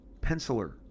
penciler